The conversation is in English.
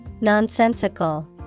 nonsensical